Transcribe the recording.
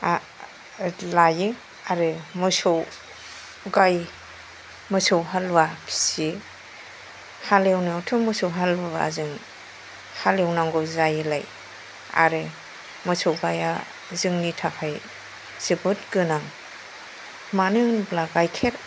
आ लायो आरो मोसौ गाय मोसौ हालुवा फिसियो हालेवनायावथ' मोसौ हालुवाजों हालेवनांगौ जायोलाय आरो मोसौ गाइया जोंनि थाखाय जोबोद गोनां मानो होनोब्ला गायखेर